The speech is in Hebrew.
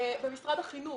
במשרד החינוך